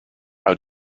how